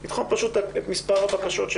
לתחום פשוט את מספר הבקשות.